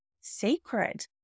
sacred